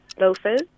loafers